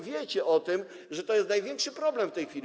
Wiecie o tym, że to jest największy problem w tej chwili.